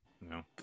No